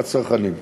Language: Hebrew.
הצרכנים.